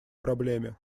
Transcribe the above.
проблеме